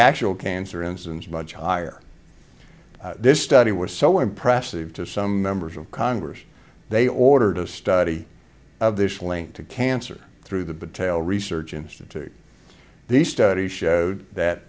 actual cancer incidence much higher this study was so impressive to some members of congress they ordered a study of this link to cancer through the battaile research institute these studies showed that